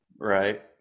right